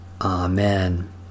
Amen